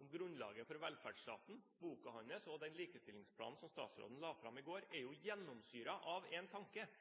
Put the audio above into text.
om grunnlaget for velferdsstaten, boka hans og den likestillingsplanen som han la fram i går, er jo gjennomsyret av én tanke,